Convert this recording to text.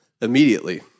immediately